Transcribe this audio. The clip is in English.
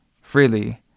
freely